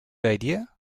idea